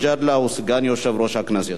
דיון ולהכנה לקריאה שנייה ושלישית.